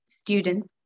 students